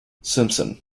simpson